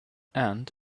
and